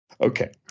Okay